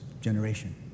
generation